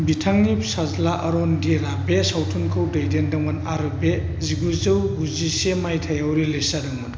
बिथांनि फिसाज्ला अरुनधीरआ बे सावथुनखौ दैदेनदोंमोन आरो बे जिगुजौ गुजिसे मायथाइयाव रिलीज जादोंमोन